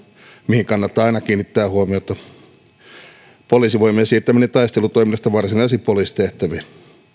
mihin kannattaa aina kiinnittää huomiota ja poliisivoimien siirtäminen taistelutoiminnasta varsinaisiin poliisitehtäviin kansainvälinen